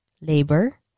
labor